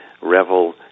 revel